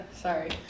Sorry